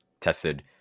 tested